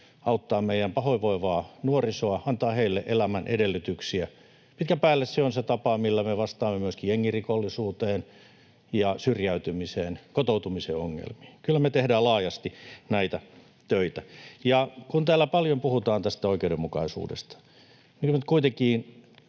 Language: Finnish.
auttaa meidän pahoinvoivaa nuorisoa ja antaa heille elämän edellytyksiä. Pitkän päälle se on se tapa, millä me vastaamme myöskin jengirikollisuuteen, syrjäytymiseen ja kotoutumisen ongelmiin. Kyllä me tehdään laajasti näitä töitä. Kun täällä paljon puhutaan oikeudenmukaisuudesta, niin nyt kuitenkin